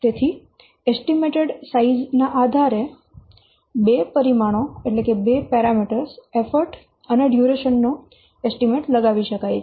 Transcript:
તેથી estimated size ના આધારે બે પરિમાણો એફર્ટ અને ડ્યુરેશન નો એસ્ટીમેટ લગાવી શકાય છે